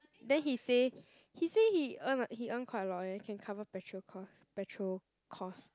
then he say he say he earn like he earn quite a lot eh can cover petrol cost petrol cost